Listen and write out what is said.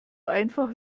einfach